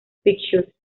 pictures